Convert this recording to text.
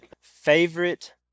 Favorite